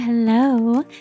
Hello